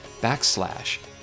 backslash